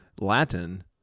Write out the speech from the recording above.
Latin